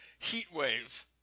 Heatwave